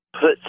put